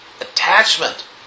attachment